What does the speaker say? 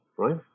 Right